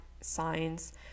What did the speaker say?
signs